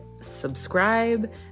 subscribe